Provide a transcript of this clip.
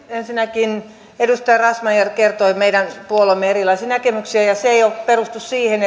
ensinnäkin edustaja razmyar kertoi meidän puolueemme erilaisista näkemyksistä ja ne eivät perustu siihen